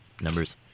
numbers